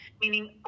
meaning